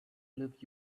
lived